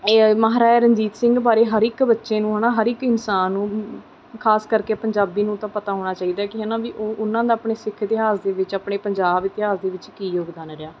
ਇਹ ਮਹਾਰਾਜਾ ਰਣਜੀਤ ਬਾਰੇ ਹਰ ਇੱਕ ਬੱਚੇ ਨੂੰ ਹੈ ਨਾ ਹਰ ਇੱਕ ਇਨਸਾਨ ਨੂੰ ਖਾਸ ਕਰਕੇ ਪੰਜਾਬੀ ਨੂੰ ਤਾਂ ਪਤਾ ਹੋਣਾ ਚਾਹੀਦਾ ਕਿ ਹੈ ਨਾ ਵੀ ਉਹ ਉਨ੍ਹਾਂ ਦਾ ਆਪਣੇ ਸਿੱਖ ਇਤਿਹਾਸ ਦੇ ਵਿੱਚ ਆਪਣੇ ਪੰਜਾਬ ਇਤਿਹਾਸ ਦੇ ਵਿੱਚ ਕੀ ਯੋਗਦਾਨ ਰਿਹਾ